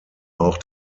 auch